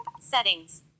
Settings